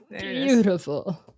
Beautiful